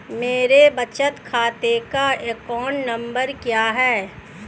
मेरे बचत खाते का अकाउंट नंबर क्या है?